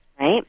Right